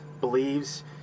Believes